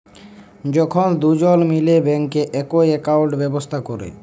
যখল দুজল মিলে ব্যাংকে একই একাউল্ট ব্যবস্থা ক্যরে